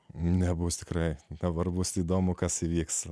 nebus tikrai dabar bus įdomu kas įvyks